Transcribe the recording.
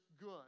good